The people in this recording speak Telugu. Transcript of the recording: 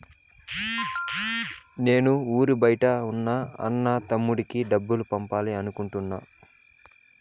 నేను ఊరి బయట ఉన్న నా అన్న, తమ్ముడికి డబ్బులు పంపాలి అనుకుంటున్నాను